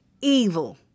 evil